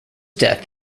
death